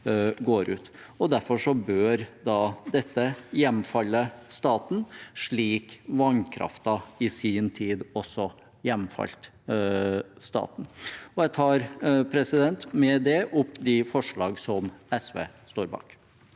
Derfor bør dette hjemfalle staten, slik vannkraften i sin tid også hjemfalt staten. Jeg tar med det opp de forslagene SV står bak,